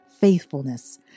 faithfulness